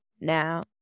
Now